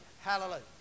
Hallelujah